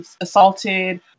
assaulted